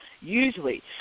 usually